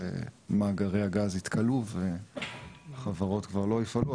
שמאגרי הגז כבר יתכלו וחברות כבר לא יפעלו,